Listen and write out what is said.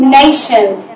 nations